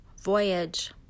Voyage